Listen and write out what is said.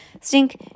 Stink